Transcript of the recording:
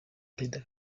perezida